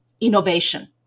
innovation